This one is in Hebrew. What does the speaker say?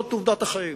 זאת עובדת החיים.